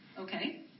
Okay